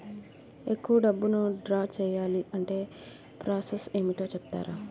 ఎక్కువ డబ్బును ద్రా చేయాలి అంటే ప్రాస సస్ ఏమిటో చెప్తారా?